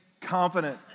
confident